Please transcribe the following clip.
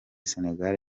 senegal